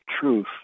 truth